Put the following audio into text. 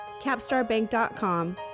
CapstarBank.com